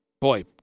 boy